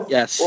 Yes